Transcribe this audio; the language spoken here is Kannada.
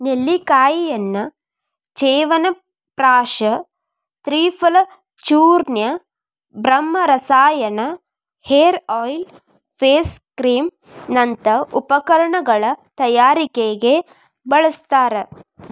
ನೆಲ್ಲಿಕಾಯಿಯನ್ನ ಚ್ಯವನಪ್ರಾಶ ತ್ರಿಫಲಚೂರ್ಣ, ಬ್ರಹ್ಮರಸಾಯನ, ಹೇರ್ ಆಯಿಲ್, ಫೇಸ್ ಕ್ರೇಮ್ ನಂತ ಉತ್ಪನ್ನಗಳ ತಯಾರಿಕೆಗೆ ಬಳಸ್ತಾರ